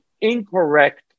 incorrect